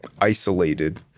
isolated—